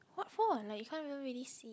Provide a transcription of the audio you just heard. what for like you can't even really see